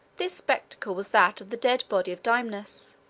this spectacle was that of the dead body of dymnus,